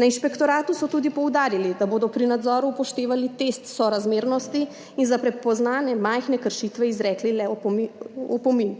Na inšpektoratu so tudi poudarili, da bodo pri nadzoru upoštevali test sorazmernosti in za prepoznane majhne kršitve izrekli le opomin.